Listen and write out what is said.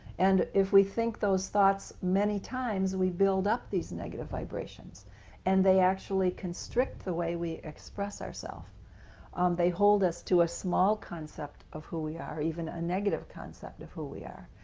and if we think those thoughts many times, we build up these negative vibrations and they actually constrict the way we express ourselves they hold us to a small concept of who we are, even a negative concept of who we are.